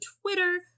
Twitter